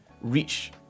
reach